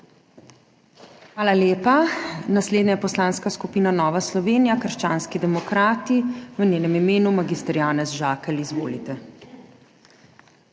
Hvala lepa. Naslednja je Poslanska skupina Nova Slovenija – krščanski demokrati, v njenem imenu mag. Janez Žakelj. Izvolite.